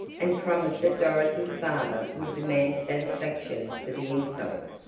and promised that dorothy's father would demand satisfaction for the insult.